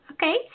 Okay